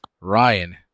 Ryan